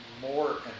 more